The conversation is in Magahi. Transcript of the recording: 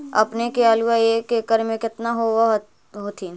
अपने के आलुआ एक एकड़ मे कितना होब होत्थिन?